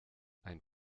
ein